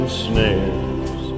snares